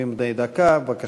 ומשה